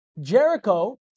Jericho